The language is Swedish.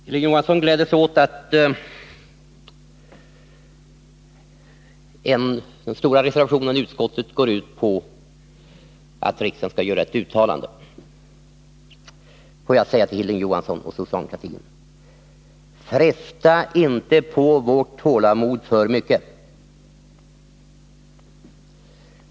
Hilding Johansson gläder sig åt att den stora reservationen i utskottet enbart går ut på att riksdagen skall göra ett uttalande. Låt mig säga följande till Hilding Johansson och socialdemokratin: Fresta inte vårt tålamod för mycket!